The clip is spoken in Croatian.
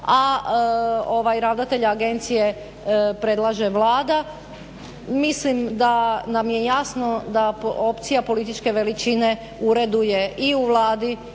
a ovaj ravnatelj agencije predlaže Vlada. Mislim da nam je jasno da opcija političke veličine ureduje i u Vladi